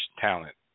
talent